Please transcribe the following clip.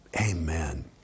Amen